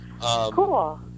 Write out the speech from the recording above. Cool